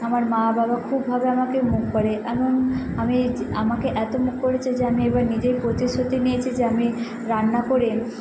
আমার মা বাবা খুবভাবে আমাকে মুখ করে এমন আমি য আমাকে এত মুখ করেছে যে আমি এবার নিজের প্রতিশ্রুতি নিয়েছি যে আমি রান্না করে